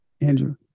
Andrew